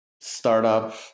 Startup